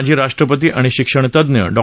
माजी राष्ट्रपती आणि शिक्षणतज्ञ डॉ